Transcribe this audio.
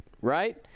right